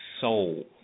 soul